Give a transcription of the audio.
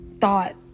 thought